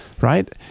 right